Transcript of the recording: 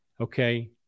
Okay